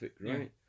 right